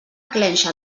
clenxa